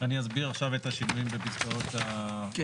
אני אסביר עכשיו את השינויים בפסקאות הבאות.